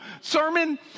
sermon